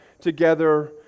together